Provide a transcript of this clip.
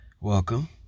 Welcome